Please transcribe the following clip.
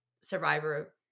survivor